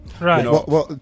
Right